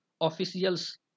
officials